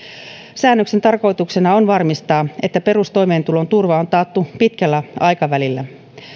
säännöksen tarkoituksena on varmistaa että perustoimeentulon turva on taattu pitkällä aikavälillä